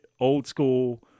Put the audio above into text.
old-school